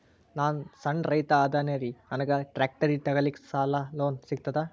ನಾನ್ ಸಣ್ ರೈತ ಅದೇನೀರಿ ನನಗ ಟ್ಟ್ರ್ಯಾಕ್ಟರಿ ತಗಲಿಕ ಲೋನ್ ಸಿಗತದ?